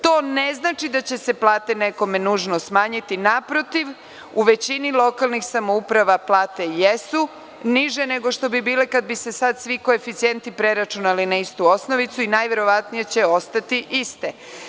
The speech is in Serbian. To ne znači da će se plate nekome nužno smanjiti, naprotiv, u većini lokalnih samouprava plate jesu niže nego što bi bile kada bi se sada svi koeficijenti preračunali na istu osnovicu i najverovatnije će ostati iste.